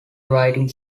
writing